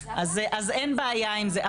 אז אין בעיה עם זה.